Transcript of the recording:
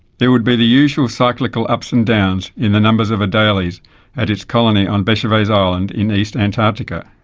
there would be the usual cyclical ups and downs in the numbers of adelies at its colony on bechervaise island in east antarctica.